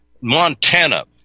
Montana